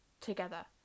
together